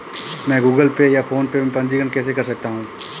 मैं Google Pay या PhonePe में पंजीकरण कैसे कर सकता हूँ?